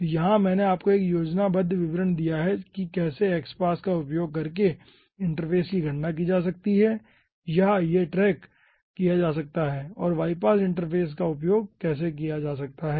तो यहां मैंने आपको 1 योजनाबद्ध विवरण दिया है कि कैसे x पास का उपयोग करके इंटरफेस की गणना की जा सकती है या यह ट्रैक किया जा सकता है और y पास इंटरफ़ेस का उपयोग कैसे किया जा सकता है